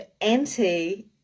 anti